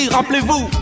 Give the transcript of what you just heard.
Rappelez-vous